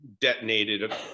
detonated